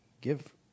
Give